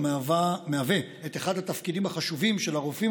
ומהווה את אחד התפקידים החשובים של הרופאים